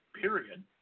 period